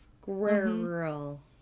Squirrel